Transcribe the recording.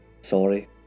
sorry